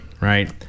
right